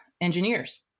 engineers